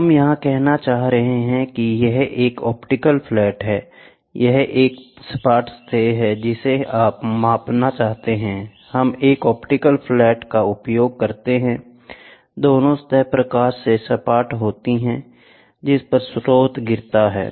हम यह कहना चाह रहे हैं कि यह एक ऑप्टिकल फ्लैट है यह एक सपाट सतह है जिसे आप मापना चाहते हैं हम एक ऑप्टिकल फ्लैट का उपयोग करते हैं दोनों सतह प्रकाश से सपाट होती हैं जिस पर स्रोत गिरता है